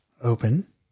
open